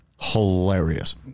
Hilarious